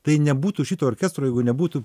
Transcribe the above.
tai nebūtų šito orkestro jeigu nebūtų